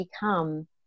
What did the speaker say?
become